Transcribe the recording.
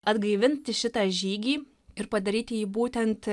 atgaivinti šitą žygį ir padaryti jį būtent